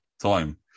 time